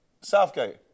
Southgate